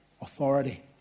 authority